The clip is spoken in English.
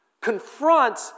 confront